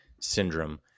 syndrome